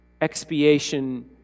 Expiation